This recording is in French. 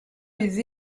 les